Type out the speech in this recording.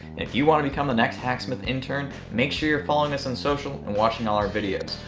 if you want to become the next hacksmith intern make sure you're following us on social and watching all our videos.